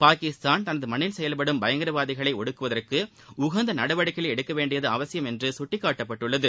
பாகிஸ்தான் தனது மண்ணில் செயல்படும் பயங்கரவாதிகளை ஒடுக்குவதற்கு உகந்த நடவடிக்கைகளை எடுக்க வேண்டியது அவசியம் என்று சுட்டிக்காட்டப்பட்டுள்ளது